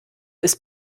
ist